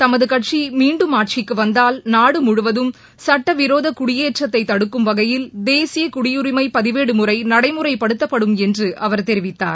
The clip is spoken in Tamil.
தமது கட்சி மீண்டும் ஆட்சிக்கு வந்தால் நாடு முழுவதும் சுட்டவிரோத குடியேற்றத்தை தடுக்கும் வகையில் தேசிய குடியுரிமை பதிவேடு முறை நடைமுறைப்படுத்தப்படும் என்று அவர் தெரிவித்தார்